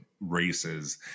races